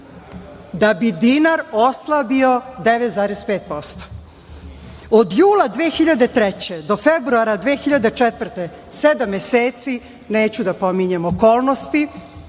da bi dinar oslabio 9,5%.Od jula 2003. do februara 2004. godine, sedam meseci, neću da pominjem okolnosti,